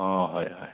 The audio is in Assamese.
অ হয় হয়